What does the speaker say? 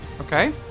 Okay